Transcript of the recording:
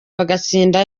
bagatsinda